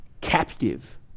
captive